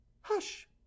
Hush